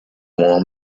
want